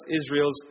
Israel's